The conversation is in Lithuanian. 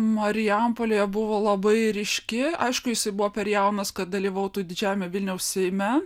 marijampolėje buvo labai ryški aišku jisai buvo per jaunas kad dalyvautų didžiajame vilniaus seime